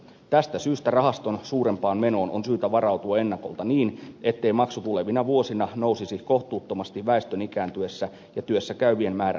tästä syystä rahaston suurempaan menoon on syytä varautua ennakolta niin ettei maksu tulevina vuosina nousisi kohtuuttomasti väestön ikääntyessä ja työssäkäyvien määrän vähentyessä